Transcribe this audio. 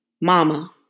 mama